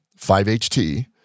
5-HT